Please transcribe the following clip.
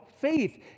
faith